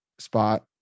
spot